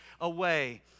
away